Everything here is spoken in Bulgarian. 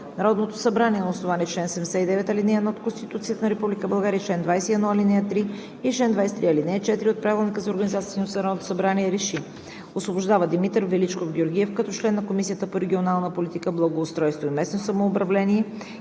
Народното събрание на основание чл. 79, ал. 1 от Конституцията на Република България и чл. 21 , ал. 3, и чл. 23, ал. 4 от Правилника за организацията и дейността на Народното събрание РЕШИ: Освобождава Димитър Величков Георгиев като член на Комисията по регионална политика, благоустройство и местно самоуправление.